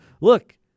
look